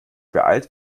beeilst